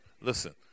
Listen